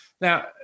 Now